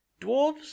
Dwarves